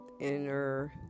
inner